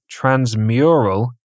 transmural